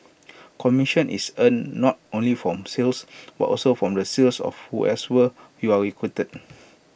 commission is earned not only from sales but also from the sales of who S were you are recruited